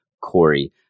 Corey